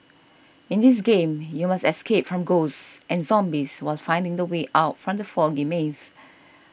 in this game you must escape from ghosts and zombies while finding the way out from the foggy maze